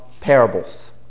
parables